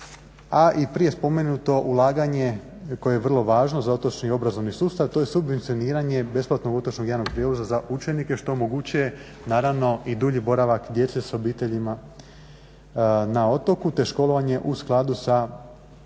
A i prije spomenuto ulaganje koje je vrlo važno za otočni obrazovni sustav to je subvencioniranje besplatno … /Govornik govori prebrzo, ne razumije se./ … prijevoza za učenike što omogućuje i dulji boravak djece sa obiteljima na otoku te školovanje u skladu sa modernim